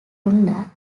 luanda